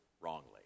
wrongly